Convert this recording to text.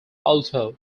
alto